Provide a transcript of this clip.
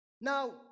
Now